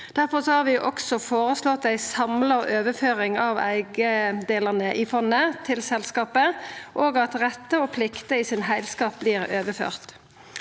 Difor har vi også føreslått ei samla overføring av eigedelane i fondet til selskapet, og at rettar og plikter i sin heilskap vert overførte.